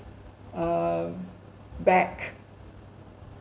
err back